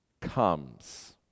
comes